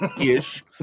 Ish